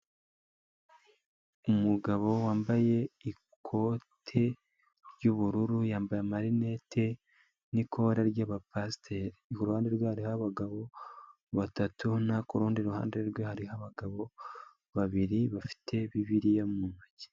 Umugabo wambaye ikote ry'ubururu yambaye marinete n'ikora ry'abapasiteri. Iruhande rwe hari abagabo batatu, naho ku rundi ruhande rwe hari abagabo babiri bafite bibiliya mu ntoki.